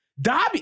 Dobby